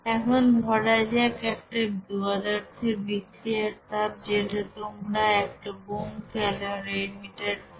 এখন ধরা যাক একটা পদার্থের বিক্রিয়ার তাপ যেটা তোমরা একটা বোম্ব ক্যালরিমিটার থেকে পেয়েছ